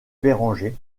bérenger